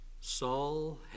Saul